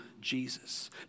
Jesus